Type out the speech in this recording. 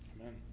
Amen